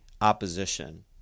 opposition